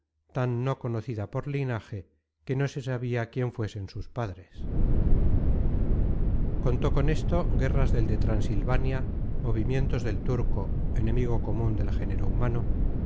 tan no conocida por linaje que no se sabia quién fuesen sus padres contó con esto guerras del de transilvania movimientos del turco enemigo comun del género humano